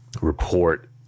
report